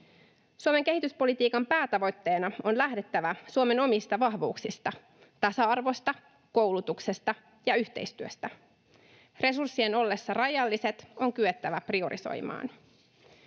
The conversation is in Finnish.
Suomen kehityspolitiikan päätavoitteena on lähdettävä Suomen omista vahvuuksista: tasa-arvosta, koulutuksesta ja yhteistyöstä. Resurssien ollessa rajalliset on kyettävä priorisoimaan.